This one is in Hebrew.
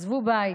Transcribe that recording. עזבו בית,